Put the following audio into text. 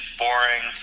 boring